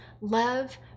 love